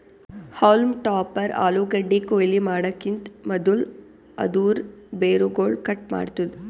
haulm topper ಆಲೂಗಡ್ಡಿ ಕೊಯ್ಲಿ ಮಾಡಕಿಂತ್ ಮದುಲ್ ಅದೂರ್ ಬೇರುಗೊಳ್ ಕಟ್ ಮಾಡ್ತುದ್